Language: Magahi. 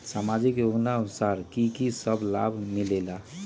समाजिक योजनानुसार कि कि सब लाब मिलीला?